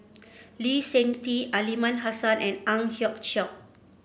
Lee Seng Tee Aliman Hassan and Ang Hiong Chiok